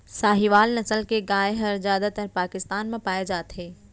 साहीवाल नसल के गाय हर जादातर पाकिस्तान म पाए जाथे